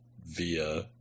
via